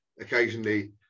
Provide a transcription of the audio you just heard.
occasionally